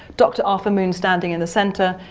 doctor arthur moon standing in the centre,